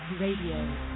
Radio